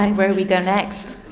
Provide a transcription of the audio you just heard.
and where we go next.